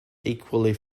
equally